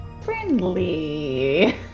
friendly